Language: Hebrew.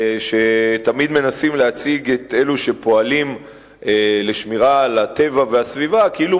שתמיד מנסים להציג את אלו שפועלים לשמירה על הטבע והסביבה כאילו